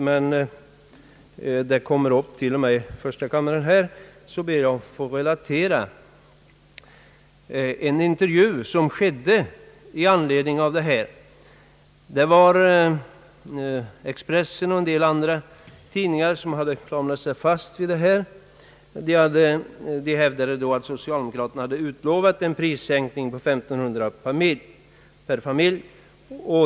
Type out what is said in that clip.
Men när den kommer upp till och med här i första kammaren, ber jag att få relatera en intervju som skedde i anslutning till detta ämne. Expressen och en del andra tidningar hade klamrat sig fast vid detta tal om 1500 kronor. De hävdade att socialdemokraterna hade utlovat en prissänkning på 1500 kronor per familj.